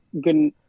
good